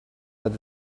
that